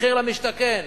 מחיר למשתכן,